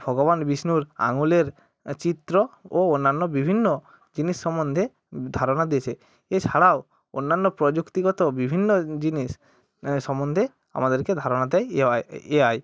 ভগবান বিষ্ণুর আঙুলের চিত্র ও অন্যান্য বিভিন্ন জিনিস সম্বন্ধে ধারণা দিয়েছে এছাড়াও অন্যান্য প্রযুক্তিগত বিভিন্ন জিনিস সম্বন্ধে আমাদেরকে ধারণা দেয় এআই এআই